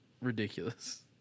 ridiculous